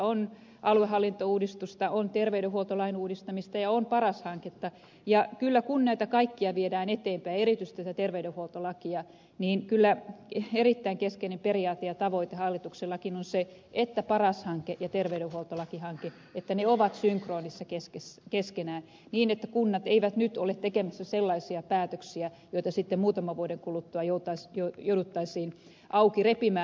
on aluehallintouudistusta on terveydenhuoltolain uudistamista ja on paras hanketta ja kyllä kun näitä kaikkia viedään eteenpäin erityisesti tätä terveydenhuoltolakia niin erittäin keskeinen periaate ja tavoite hallituksellakin on se että paras hanke ja terveydenhuoltolakihanke ovat synkronissa keskenään niin että kunnat eivät nyt ole tekemässä sellaisia päätöksiä joita sitten muutaman vuoden kuluttua jouduttaisiin auki repimään